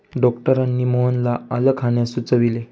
डॉक्टरांनी मोहनला आलं खाण्यास सुचविले